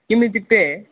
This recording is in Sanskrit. किमित्युक्ते